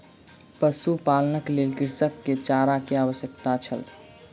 पशुपालनक लेल कृषक के चारा के आवश्यकता छल